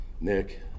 Nick